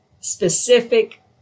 specific